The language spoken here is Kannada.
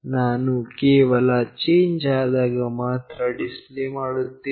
ನಾನು ಕೇವಲ ಚೇಂಜ್ ಆದಾಗ ಮಾತ್ರ ಡಿಸ್ಪ್ಲೇ ಮಾಡುತ್ತೇನೆ